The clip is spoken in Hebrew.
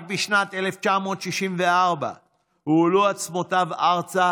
רק בשנת 1964 הועלו עצמותיו ארצה